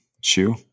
shoe